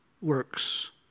works